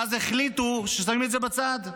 ואז החליטו ששמים את זה בצד.